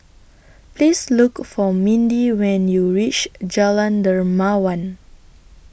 Please Look For Mindi when YOU REACH Jalan Dermawan